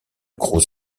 gros